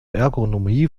ergonomie